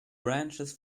branches